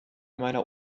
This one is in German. meiner